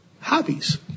hobbies